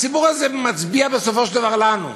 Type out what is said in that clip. הציבור הזה מצביע בסופו של דבר לנו,